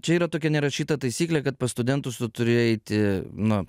čia yra tokia nerašyta taisyklė kad pas studentus tu turi eiti nu